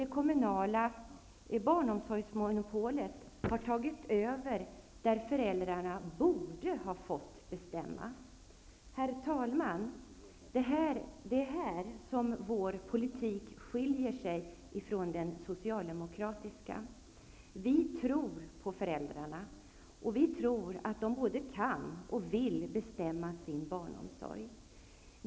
Det kommunala barnomsorgsmonopolet har tagit över där föräldrarna borde ha fått bestämma. Herr talman! Det är här som vår politik skiljer sig från den socialdemokratiska. Vi tror på föräldrarna och på att de själva både kan och vill bestämma hur de skall ordna sin barnomsorg.